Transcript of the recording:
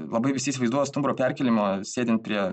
labai visi įsivaizduoja stumbro perkėlimą sėdint prie